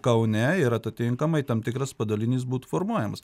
kaune ir atatinkamai tam tikras padalinys būtų formuojamas